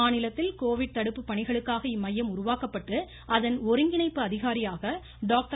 மாநிலத்தில் கோவிட் தடுப்பு பணிகளுக்காக இம்மையம் உருவாக்கப்பட்டு அதன் ஒருங்கிணைப்பு அதிகாரியாக டாக்டர்